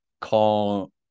call